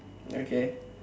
okay